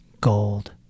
gold